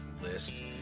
List